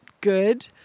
good